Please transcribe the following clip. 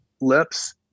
lips